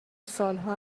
سالها